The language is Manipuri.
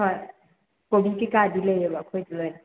ꯍꯣꯏ ꯀꯣꯕꯤ ꯀꯩꯀꯥꯗꯤ ꯂꯩꯔꯦꯕ ꯑꯩꯈꯣꯏꯗ ꯂꯣꯏꯅ